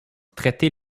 traiter